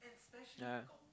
yeah